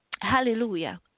hallelujah